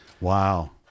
wow